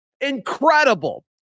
Incredible